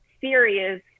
serious